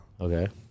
Okay